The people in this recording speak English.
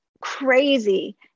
crazy